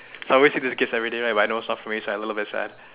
so I always see this gift everyday but I know it's not for me so I'm a little bit sad